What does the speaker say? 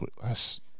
last